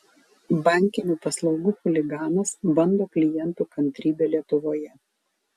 bankinių paslaugų chuliganas bando klientų kantrybę lietuvoje